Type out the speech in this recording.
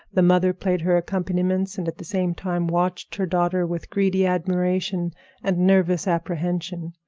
the mother played her accompaniments and at the same time watched her daughter with greedy admiration and nervous apprehension.